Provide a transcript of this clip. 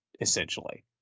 essentially